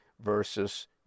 versus